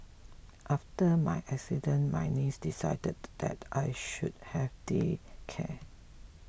after my accident my niece decided that I should have day care